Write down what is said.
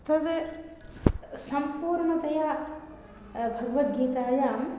तद् सम्पूर्णतया भगवद्गीतायाम्